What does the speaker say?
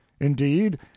indeed